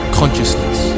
consciousness